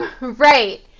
Right